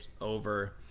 over